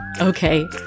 Okay